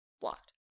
Blocked